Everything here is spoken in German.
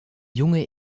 junge